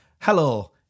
Hello